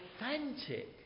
authentic